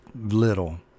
little